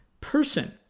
person